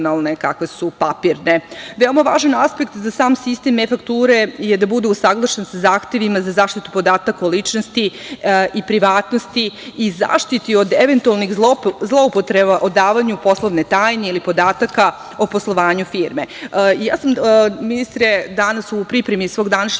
kakve su papirne. Veoma važan aspekt za sistem e-fakture je da bude usaglašen sa zahtevima za zaštitu podataka o ličnosti i privatnosti i zaštiti od eventualnih zloupotreba o davanju poslovne tajne ili podataka o poslovanju firme. Ja, sam ministre danas u pripremi svog današnjeg